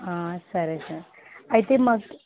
సరే సార్ అయితే మాకు